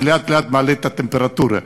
ולאט-לאט מעלה את הטמפרטורה.